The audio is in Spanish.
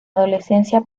adolescencia